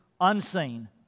unseen